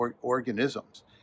organisms